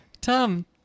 Tom